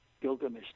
Gilgamesh